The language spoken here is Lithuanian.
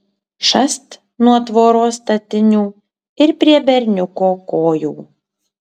šast nuo tvoros statinių ir prie berniuko kojų